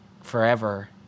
forever